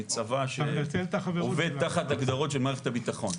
הצבא עובד תחת הגדרות של מערכת הביטחון.